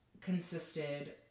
consisted